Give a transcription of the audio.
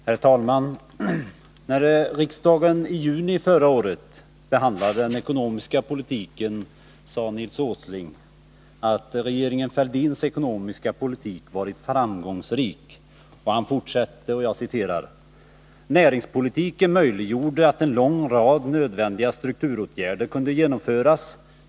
Herr talman! När riksdagen i juni förra året behandlade den ekonomiska politiken sade Nils Åsling att regeringen Fälldins ekonomiska politik varit framgångsrik. Och han fortsatte: ”Näringspolitiken möjliggjorde att en lång rad nödvändiga strukturåtgärder kunde genomföras.